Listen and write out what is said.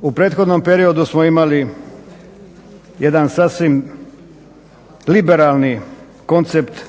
U prethodnom periodu smo imali jedan sasvim liberalni koncept